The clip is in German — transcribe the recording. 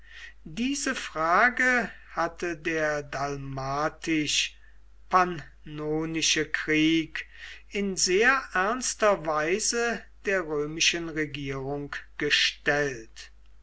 diese frage hatte der dalmatisch pannonische krieg in sehr ernster weise der römischen regierung gestellt